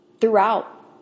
throughout